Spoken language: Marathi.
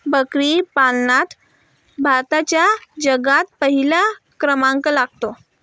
बकरी पालनात भारताचा जगात पहिला क्रमांक लागतो